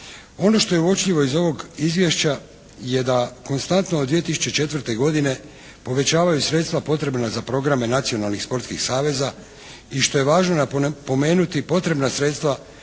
Ono što je uočljivo iz ovog izvješća je da konstantno od 2004. godine povećavaju sredstva potrebna za programe nacionalnih sportskih saveza. I što je važno napomenuti potrebna sredstva